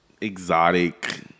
exotic